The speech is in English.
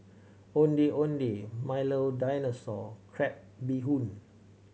Ondeh Ondeh Milo Dinosaur crab bee hoon